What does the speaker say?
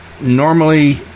normally